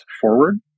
forward